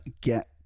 get